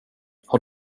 har